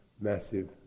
massive